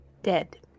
Dead